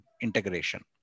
integration